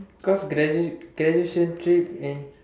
because graduation graduation trip and